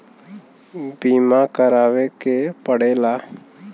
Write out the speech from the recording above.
बीमा करावे के पड़ेला